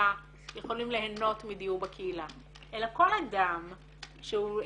סגולה יכולים ליהנות מדיור בקהילה אלא כל אדם שהוא,